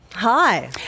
Hi